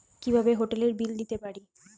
কিভাবে হোটেলের বিল দিতে পারি?